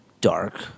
dark